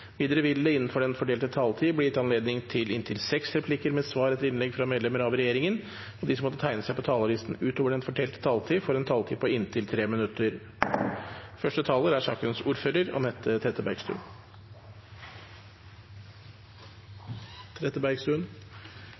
Videre vil det innenfor den fordelte taletid bli gitt anledning til inntil seks replikker med svar etter innlegg fra medlemmer av regjeringen, og de som måtte tegne seg på talerlisten utover den fordelte taletid, får en taletid på inntil 3 minutter. Kampen mot seksuell trakassering og vold i arbeidslivet er